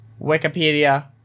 Wikipedia